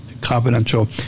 confidential